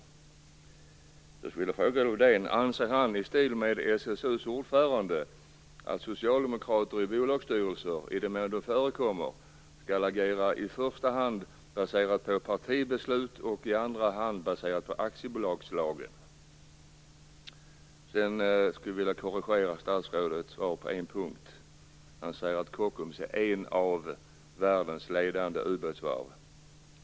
Jag skulle vilja fråga Lövdén: Anser han i likhet med SSU:s ordförande att socialdemokrater i bolagsstyrelser - i den mån de förekommer - i första hand skall agera baserat på partibeslut och i andra hand baserat på aktiebolagslagen? Jag skulle vilja korrigera statsrådet på en punkt. Han sade att Kockums är ett av världens ledande ubåtsvarv.